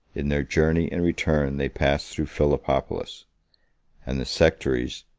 in their journey and return they passed through philippopolis and the sectaries,